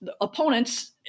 opponents